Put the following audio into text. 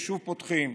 ושוב פותחים.